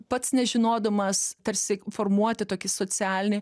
pats nežinodamas tarsi formuoti tokį socialinį